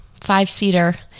five-seater